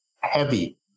heavy